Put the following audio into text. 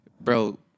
bro